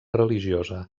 religiosa